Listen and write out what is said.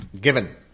given